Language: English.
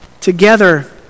together